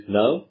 now